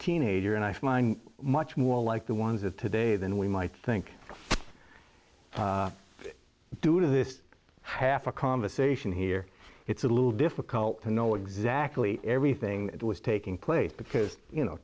teenager and i feel much more like the ones of today than we might think due to this half hour conversation here it's a little difficult to know exactly everything that was taking place because you know